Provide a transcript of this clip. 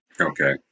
Okay